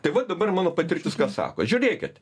tai va dabar mano patirtis ką sako žiūrėkit